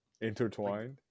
intertwined